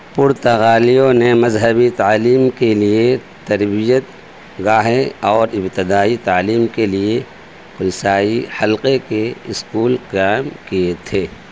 پرتگالیوں نے مذہبی تعلیم کے لیے تربیت گاہیں اور ابتدائی تعلیم کے لیے کلسائی حلقے کے اسکول قائم کیے تھے